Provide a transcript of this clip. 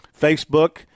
Facebook